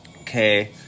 Okay